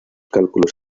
cálculos